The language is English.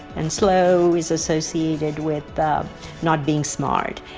and slow is associated with um not being smart.